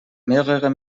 mehrere